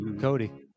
Cody